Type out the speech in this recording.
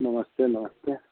नमस्ते नमस्ते